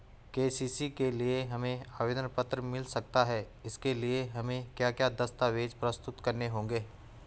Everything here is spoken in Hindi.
के.सी.सी के लिए हमें आवेदन पत्र मिल सकता है इसके लिए हमें क्या क्या दस्तावेज़ प्रस्तुत करने होंगे?